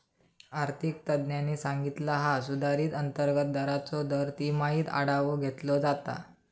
आर्थिक तज्ञांनी सांगितला हा सुधारित अंतर्गत दराचो दर तिमाहीत आढावो घेतलो जाता